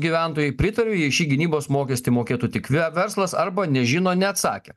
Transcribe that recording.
gyventojai pritariu jei šį gynybos mokestį mokėtų tik verslas arba nežino neatsakė